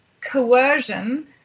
coercion